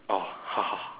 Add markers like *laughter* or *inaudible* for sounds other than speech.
oh *laughs*